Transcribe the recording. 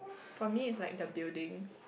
for me is like the buildings